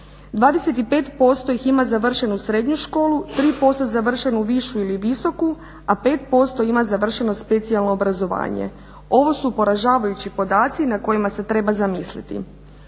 25% ih ima završenu srednju školu, 3% završenu višu ili visoku, a 5% ima završeno specijalno obrazovanje. Ovo su poražavajući podaci nad kojima se treba zamisliti.